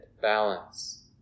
balance